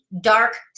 dark